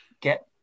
get